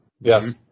Yes